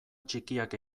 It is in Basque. txikiak